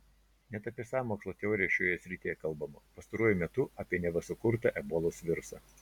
net apie sąmokslo teorijas šioje srityje kalbama pastaruoju metu apie neva sukurtą ebolos virusą